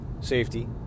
safety